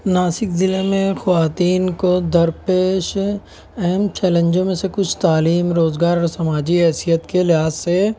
ناسک ضلعے میں خواتین کو درپیش اہم چیلنجوں میں سے کچھ تعلیم روزگار اور سماجی حیثیت کے لحاظ سے